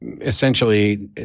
essentially